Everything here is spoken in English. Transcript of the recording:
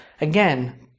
again